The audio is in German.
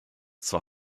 zwar